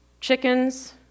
chickens